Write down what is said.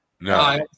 No